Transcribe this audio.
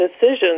decisions